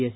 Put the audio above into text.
S